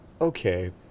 Okay